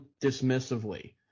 dismissively